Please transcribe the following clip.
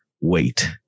wait